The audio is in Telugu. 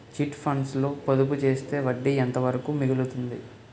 చిట్ ఫండ్స్ లో పొదుపు చేస్తే వడ్డీ ఎంత వరకు మిగులుతుంది?